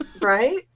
Right